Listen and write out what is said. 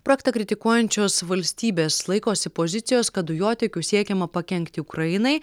projektą kritikuojančios valstybės laikosi pozicijos kad dujotiekiu siekiama pakenkti ukrainai